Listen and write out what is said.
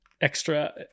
Extra